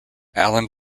allen